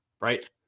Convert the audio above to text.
right